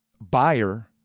buyer